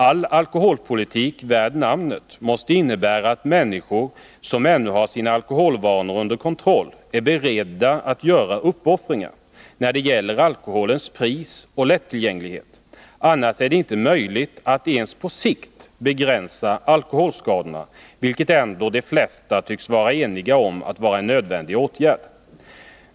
All alkoholpolitik värd namnet måste innebära att människor som ännu har sina alkoholvanor under kontroll är beredda att göra uppoffringar när det gäller alkoholens pris och lättillgänglighet. Annars är det inte möjligt att ens på sikt begränsa alkoholskadorna, vilket ändå de flesta tycks vara eniga om är en nödvändig åtgärd.